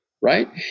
right